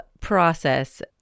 process